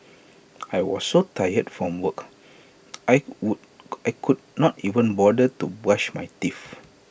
I was so tired from work I would I could not even bother to brush my teeth